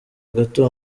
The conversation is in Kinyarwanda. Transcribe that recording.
gato